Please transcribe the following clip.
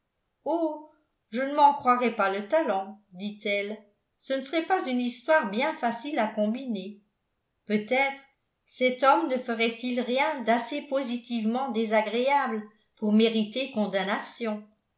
oh je ne m'en croirais pas le talent dit-elle ce ne serait pas une histoire bien facile à combiner peut-être cet homme ne ferait-il rien d'assez positivement désagréable pour mériter condamnation